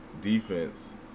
defense